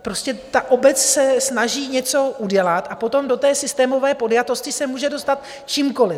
Prostě obec se snaží něco udělat a potom se do té systémové podjatosti může dostat čímkoliv.